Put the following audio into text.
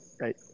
right